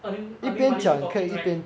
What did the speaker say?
earning earning money through talking right